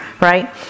right